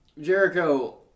Jericho